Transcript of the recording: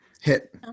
Hit